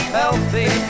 healthy